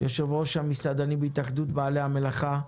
יושבת-ראש המסעדנים בהתאחדות בעלי המלאכה,